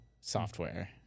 Software